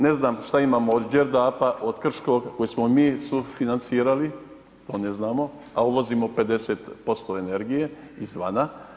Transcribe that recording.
Ne znam šta imamo od Đerdapa, od Krškog koje smo mi sufinancirali, to ne znamo, a uvozimo 50% energije izvana.